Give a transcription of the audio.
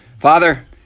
Father